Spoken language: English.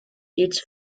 its